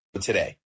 today